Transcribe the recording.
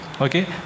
okay